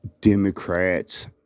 Democrats